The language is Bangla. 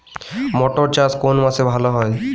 মটর চাষ কোন মাসে ভালো হয়?